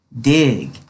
Dig